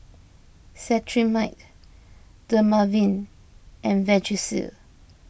Cetrimide Dermaveen and Vagisil